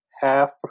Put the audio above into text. half